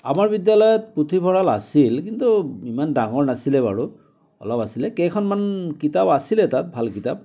আমাৰ বিদ্যালয়ত পুথিভঁৰাল আছিল কিন্তু ইমান ডাঙৰ নাছিলে বাৰু অলপ আছিলে কেইখনমান কিতাপ আছিলে তাত ভাল কিতাপ